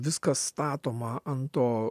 viskas statoma ant to